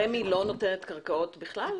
רמ"י לא נותנת קרקעות בכלל?